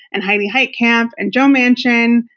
and heidi heitkamp, and joe manchin,